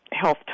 health